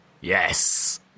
Yes